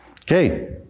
Okay